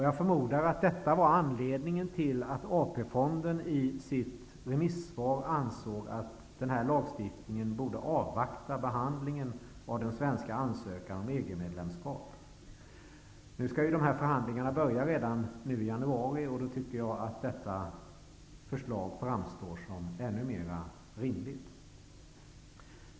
Jag förmodar att detta var anledningen till att AP-fonden i sitt remissvar ansåg att man bör avvakta med lagstiftning tills förhandlingen av den svenska ansökan om EG medlemskap är klar. Förhandlingarna skall ju börja redan i januari 1993, och därför tycker jag att förslaget framstår som ännu mer rimligt.